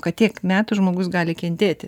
kad tiek metų žmogus gali kentėti